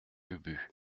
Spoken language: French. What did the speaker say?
ubu